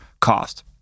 cost